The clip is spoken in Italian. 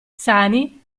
sani